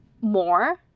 more